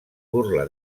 burla